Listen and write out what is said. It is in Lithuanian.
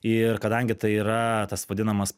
ir kadangi tai yra tas vadinamas